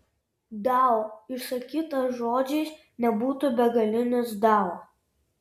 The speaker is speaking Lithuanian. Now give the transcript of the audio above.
dao išsakytas žodžiais nebūtų begalinis dao